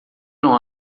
não